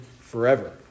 forever